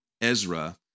Ezra